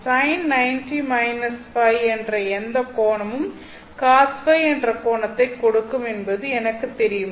sin Ø என்ற எந்த கோணமும் Cos Ø என்ற கோணத்தை கொடுக்கும் என்பது எனக்கு தெரியும்